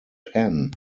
penn